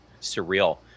surreal